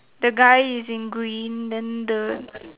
the guy is in green then the